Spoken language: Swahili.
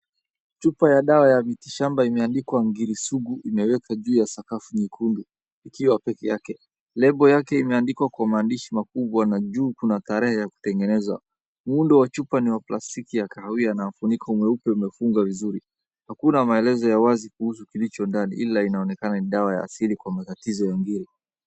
Chupa ya dawa ya miti shamba imeandikwa ngiri sugu imewekwa juu ya sakafu nyekundu ikiwa peke yake. Lebo yake imeandikwa kwa maandishi makubwa na juu kuna tarehe ya kutengenezwa. Muundo wa chupa ni wa plastiki ya kahawia na mfuniko mweupe umefunga vizuri. Hakuna maelezo ya wazi kuhusu kilicho ndani ila inaonekana ni dawa ya asili kwa matatizo ya ngiri.